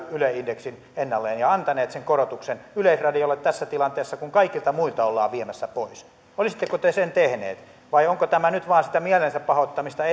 yle indeksin ennalleen ja antaneet sen korotuksen yleisradiolle tässä tilanteessa kun kaikilta muilta ollaan viemässä pois olisitteko te sen tehneet vai onko tämä nyt vain sitä mielensäpahoittamista